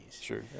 Sure